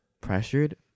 pressured